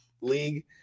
league